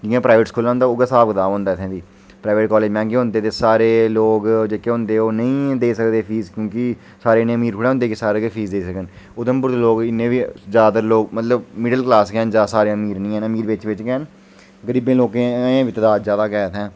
जि'यां private school होंदा इ'यां गै होंदा ऐ प्राइनेट कालज मैंह्गे होंदे भाई लोक जेह्के होंदे ओह् नेईं देई सकदे फीस कि सारे इन्ने अमीर थोह्ड़ा नेईं होंदे के फीस देई सकन उघमपुर दे लोक इ'यां बी सारे जैदातर मिडल क्लास न अमीर नेईं हैन अमीर बिच्च बिच्च गै हैन गरीबे लोकें गी तदाद अजें बी जैदा ऐ इत्थै